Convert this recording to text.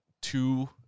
two –